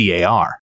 CAR